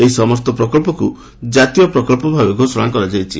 ଏହି ସମସ୍ତ ପ୍ରକଳ୍ପକୁ ଜାତୀୟ ପ୍ରକଳ୍ପ ଭାବେ ଘୋଷଣା କରାଯାଇଛି